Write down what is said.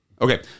okay